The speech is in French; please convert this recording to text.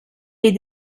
est